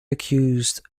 accused